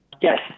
Yes